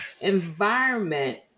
environment